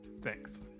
thanks